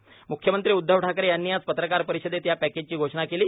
म्ख्यमंत्री उद्धव ठाकरे यांनी आज पत्रकार परिषदेत या पॅकेजची घोषणा केली